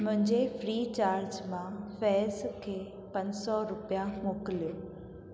मुंहिंजे Freecharge मां फैज़ खे पंज सौ रुपया मोकिलियो